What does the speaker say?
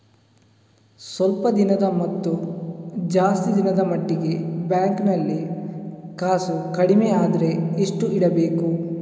ಸ್ವಲ್ಪ ದಿನದ ಮತ್ತು ಜಾಸ್ತಿ ದಿನದ ಮಟ್ಟಿಗೆ ಬ್ಯಾಂಕ್ ನಲ್ಲಿ ಕಾಸು ಕಡಿಮೆ ಅಂದ್ರೆ ಎಷ್ಟು ಇಡಬೇಕು?